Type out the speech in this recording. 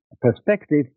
perspective